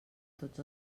tots